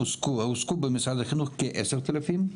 הועסקו במשרד החינוך כ-10 אלף,